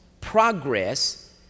Progress